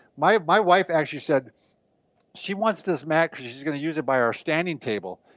my my wife actually said she wants this mat because she's gonna use it by her standing table.